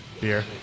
beer